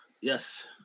Yes